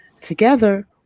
Together